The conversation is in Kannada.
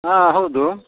ಹಾಂ ಹೌದು